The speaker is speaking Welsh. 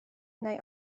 neu